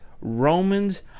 Romans